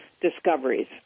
discoveries